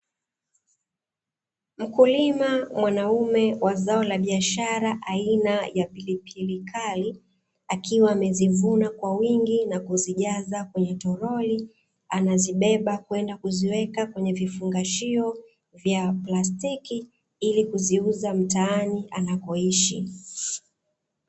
Mkulima mwanamume wa zao la biashara aina ya pilipili kali, akiwa amezivuna kwa wingi na kuzijaza kwenye toroli, anazibeba kwenda kuziweka kwenye vifungashio vya plastiki, ili kuziuzuza mtaani anapoishi.